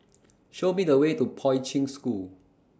Show Me The Way to Poi Ching School